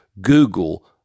Google